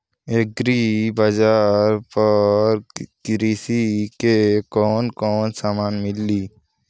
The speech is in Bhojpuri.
एग्री बाजार पर कृषि के कवन कवन समान मिली?